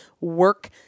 work